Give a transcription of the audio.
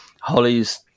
Holly's